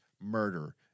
murder